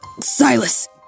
Silas